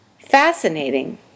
Fascinating